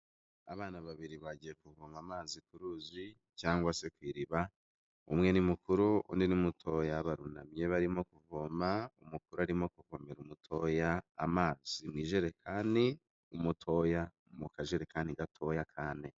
Abana babiri bagiye kuvoma amazi ku ruzi cyangwa se ku iriba, umwe ni mukuru, undi ni mutoya barunamye barimo kuvoma, umukuru arimo kuvomera umutoya amazi mu ijerekani, umutoya mu kajerekani gatoya k'ane.